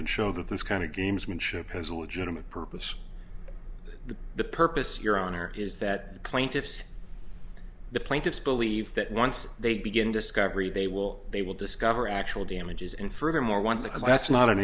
and show that this kind of gamesmanship has a legitimate purpose the purpose your honor is that plaintiffs the plaintiffs believe that once they begin discovery they will they will discover actual damages and furthermore once again that's not an